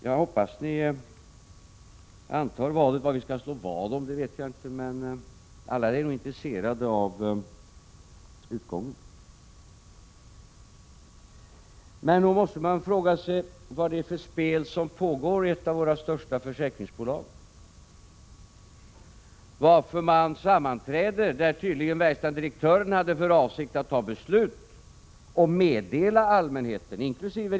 Jag hoppas att ni antar vadet. Vad vi skall slå vad om vet jag inte, men alla är nog intresserade av utgången. Nog måste man fråga sig vad det är för spel som pågår i ett av våra största försäkringsbolag. Man sammanträder, och verkställande direktören har tydligen för avsikt att ta ett beslut och meddela allmänheten inkl.